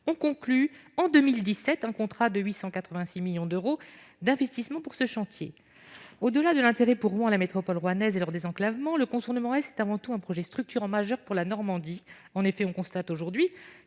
ont conclu en 2017, un contrat de 800 86 millions d'euros d'investissement pour ce chantier au-delà de l'intérêt pour moi la métropole rouennaise et leur désenclavement le contournement Est est avant tout un projet structurant majeur pour la Normandie, en effet, on constate aujourd'hui